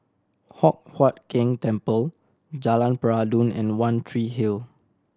Hock Huat Keng Temple Jalan Peradun and One Tree Hill